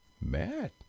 Matt